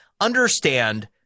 understand